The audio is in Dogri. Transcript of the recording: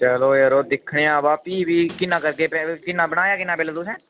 चलो यरो दिक्खने आंं ब फ्ही बी किन्ना करगे किन्ना बनाया किन्ना बिल तुसें